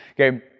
Okay